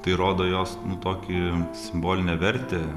tai rodo jos nu tokį simbolinę vertę